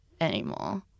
anymore